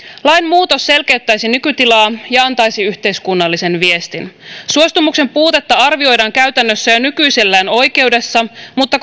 lain muutos selkeyttäisi nykytilaa ja antaisi yhteiskunnallisen viestin suostumuksen puutetta arvioidaan käytännössä jo nykyisellään oikeudessa mutta